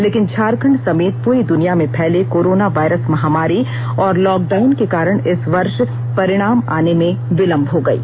लेकिन झारखंड समेत पूरी दुनिया में फैले कोरोना वायरस महामारी और लॉकडाउन के कारण इस वर्ष परिणाम आने में विलंब हो गयी